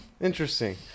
interesting